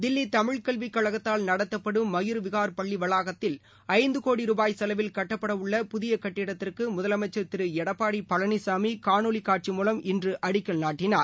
தில்லிதமிழ் கல்விக் கழகத்தால் நடத்தப்படும் மயூர்விஹார் பள்ளிவளாகத்தில் ஐந்துகோடி ரூபாய் செலவில் கட்டப்படஉள்ள புதியகட்டடத்திற்குமுதலமைச்சர் திருளடப்பாடிபழனிசாமிகாணொலிகாட்சி மூலம் இன்றுஅடிக்கல் நாட்டினார்